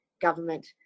government